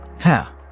Ha